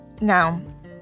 Now